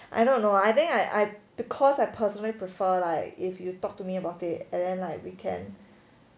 I don't know I think I I because I personally prefer like if you talk to me about it and then like we can